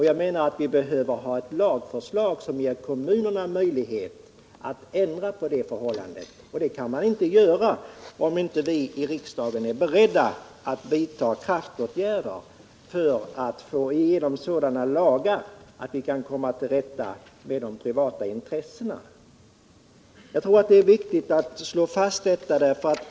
Jag menar att vi behöver ett lagförslag som ger kommunerna möjlighet att ändra på det förhållandet — och det kan man inte göra om inte vi i riksdagen är beredda att vidta kraftåtgärder för att få igenom sådana lagar att vi kan komma till rätta med de privata intressena. Detta är viktigt att slå fast.